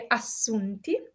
assunti